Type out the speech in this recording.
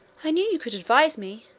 i knew you could advise me,